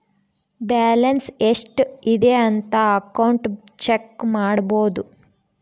balance ಎಷ್ಟ್ ಇದೆ ಅಂತ ಅಕೌಂಟ್ ಚೆಕ್ ಮಾಡಬೋದು